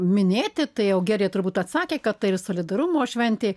minėti tai jau giedrė turbūt atsakė kad tai ir solidarumo šventė